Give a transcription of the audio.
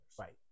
Right